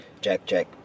Jack-Jack